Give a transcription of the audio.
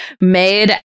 made